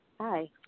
Hi